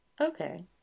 Okay